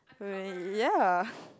ya